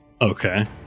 Okay